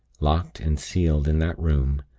locked and sealed in that room,